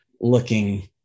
looking